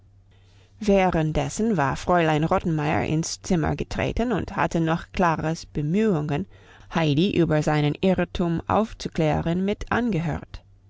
währenddessen war fräulein rottenmeier ins zimmer getreten und hatte noch klaras bemühungen heidi über seinen irrtum aufzuklären mit angehört